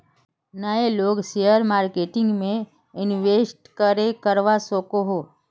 नय लोग share marketing में इंवेस्ट करे करवा सकोहो?